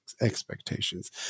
expectations